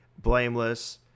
blameless